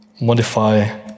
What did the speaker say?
modify